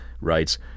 writes